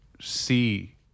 see